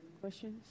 questions